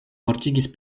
mortigis